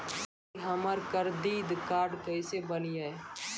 की हमर credit card केसे बनिये?